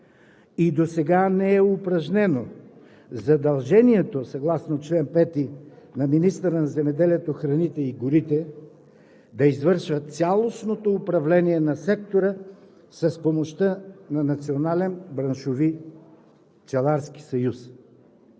и досега не е упражнено задължението съгласно чл. 5 на министъра на земеделието, храните и горите да извършва цялостното управление на сектора с помощта на